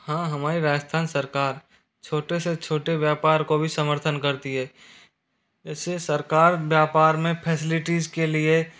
हां हमारी राजस्थान सरकार छोटे से छोटे व्यापार को भी समर्थन करती है ऐसे सरकार व्यापार में फैसेलिटीस के लिए